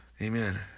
Amen